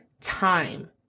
time